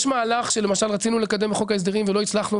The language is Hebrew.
יש מהלך למשל שרצינו לקדם בחוק ההסדרים ולא הצלחנו,